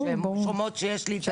החוק הזה